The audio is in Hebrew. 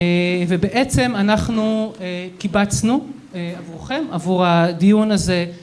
ובעצם אנחנו קיבצנו עבורכם עבור הדיון הזה